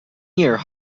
year